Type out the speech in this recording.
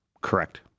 Correct